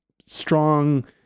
strong